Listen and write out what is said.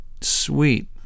sweet